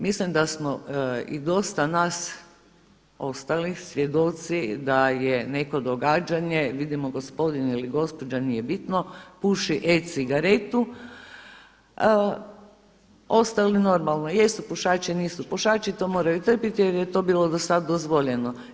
Mislim da smo i dosta nas ostali svjedoci da je neko događanje, vidimo gospodin ili gospođa, nije bitno puši e-cigaretu, ostali normalno jesu pušaći, nisu pušači to moraju trpjeti jer je to bilo do sada dozvoljeno.